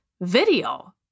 video